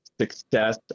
success